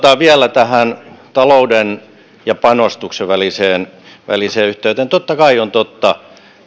vielä tähän talouden ja panostuksen väliseen väliseen yhteyteen niin totta kai on totta